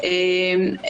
הבריאות.